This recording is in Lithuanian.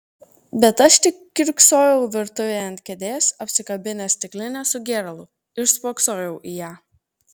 bet aš tik kiurksojau virtuvėje ant kėdės apsikabinęs stiklinę su gėralu ir spoksojau į ją